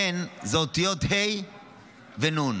הן זה אותיות ה' ונ'.